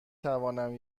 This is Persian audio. توانم